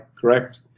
Correct